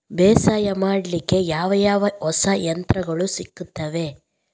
ಬೇಸಾಯ ಮಾಡಲಿಕ್ಕೆ ಯಾವ ಯಾವ ಹೊಸ ಯಂತ್ರಗಳು ಸಿಗುತ್ತವೆ?